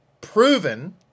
proven